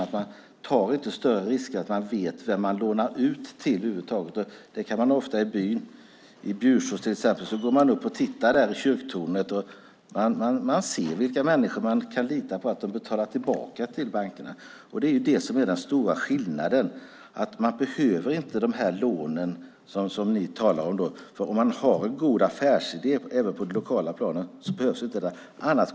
Man tar inte större risker än att man vet vem man lånar ut till. I till exempel Bjursås går man upp i kyrktornet och tittar sig omkring. Man ser vilka människor man kan lita på, vilka som betalar tillbaka till banken. Det är den stora skillnaden. Man behöver alltså inte de lån som Vänsterpartiet talar om, för om man har en god affärsidé - det gäller även på det lokala planet - behövs de inte.